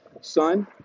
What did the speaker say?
son